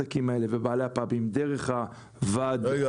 רגע,